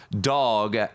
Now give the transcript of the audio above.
dog